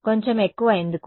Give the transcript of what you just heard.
కొంచెం ఎక్కువ ఎందుకు